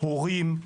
הורים.